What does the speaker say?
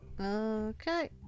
Okay